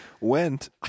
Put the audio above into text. went